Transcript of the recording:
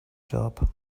job